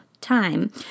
time